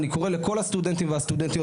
אני קורא לכל הסטודנטים והסטודנטיות